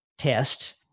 test